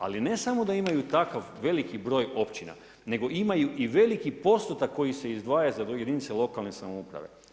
Ali ne samo da imaju takav veliki broj općina nego imaju i veliki postotak koji se izdvaja za jedinice lokalne samouprave.